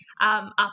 up